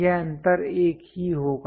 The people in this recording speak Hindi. यह अंतर एक ही होगा